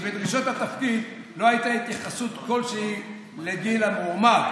כי בדרישות התפקיד לא הייתה התייחסות כלשהי לגיל המועמד,